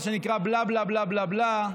מה שנקרא בלה בלה בלה בלה בלה,